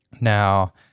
Now